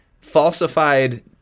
falsified